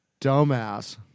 dumbass